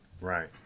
Right